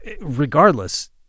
Regardless